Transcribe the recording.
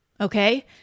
okay